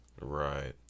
Right